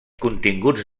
continguts